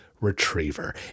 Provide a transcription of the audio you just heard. retriever